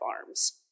farms